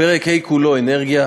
פרק ה' כולו (אנרגיה),